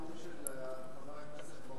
את לא היית בנאום של חבר הכנסת בר-און?